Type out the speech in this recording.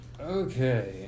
Okay